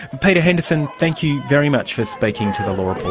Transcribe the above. peter henderson, thank you very much for speaking to the law